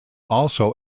also